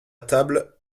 table